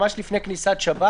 ממש לפני כניסת שבת,